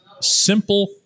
simple